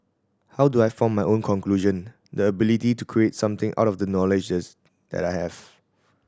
how do I form my own conclusion the ability to create something out of the knowledges that I have